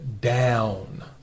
down